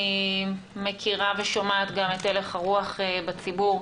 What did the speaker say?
אני מכירה ושומעת גם את הלך הרוח בציבור.